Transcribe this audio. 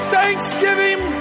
Thanksgiving